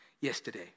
yesterday